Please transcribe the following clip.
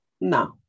No